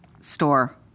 store